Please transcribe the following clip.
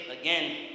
again